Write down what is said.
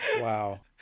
wow